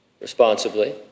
responsibly